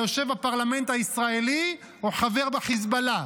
אתה יושב בפרלמנט הישראלי או חבר בחיזבאללה?